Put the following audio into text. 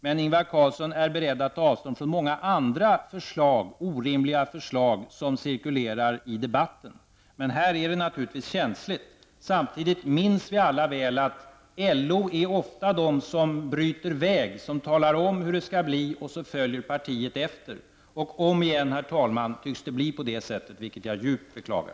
Men Ingvar Carlsson säger att han är beredd att avstå från många andra ormiliga förslag som cirkulerar i debatten. Men detta är naturligtvis känsligt. Samtidigt minns vi alla väl att det ofta är LO som bryter väg och som talar om hur det skall bli, och sedan följer partiet efter. Och om igen, herr talman, tycks det bli på det sättet, vilket jag djupt beklagar.